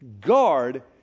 Guard